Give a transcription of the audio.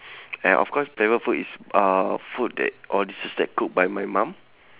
and of course favourite food is uh food that all these is that cook by my mum